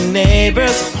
neighbor's